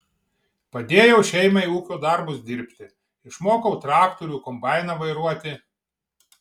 padėjau šeimai ūkio darbus dirbti išmokau traktorių kombainą vairuoti